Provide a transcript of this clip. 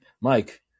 Mike